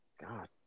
God